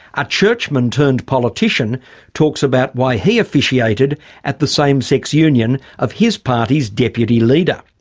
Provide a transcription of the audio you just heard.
a churchman turned politician talks about why he officiated at the same-sex union of his party's deputy leader.